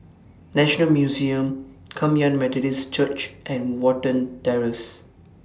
National Museum Kum Yan Methodist Church and Watten Terrace